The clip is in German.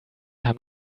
haben